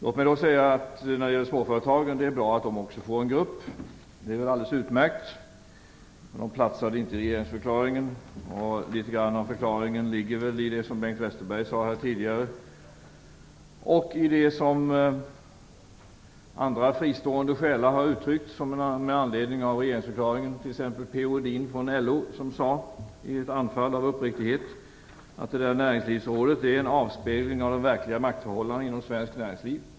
Låt mig när det gäller småföretagen säga att det är bra att de också får en grupp - det är väl alldeles utmärkt! De platsade inte i regeringsförklaringen. Litet grand av förklaringen ligger i det som Bengt Westerberg sade här tidigare och i det som andra "fristående själar" har uttryckt med anledning av regeringsförklaringen. P-O Edin från LO sade t.ex. i ett uppriktigt anförande att näringslivsrådet är en avspegling av de verkliga maktförhållandena inom svenskt näringsliv.